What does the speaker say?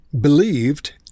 believed